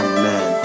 Amen